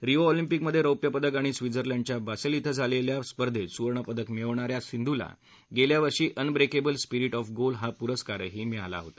Rio Olympic मध्ये रौप्य पदक आणि स्वित्झर्लंडच्या बासेल इथं झालेल्या स्पर्धेत सुवर्ण पदक मिळवणाऱ्या सिंधूला गेल्या वर्षी अनब्रेकेबल स्पिरीट ऑफ गोल हा पुरस्कारही मिळाला होता